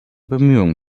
bemühungen